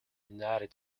united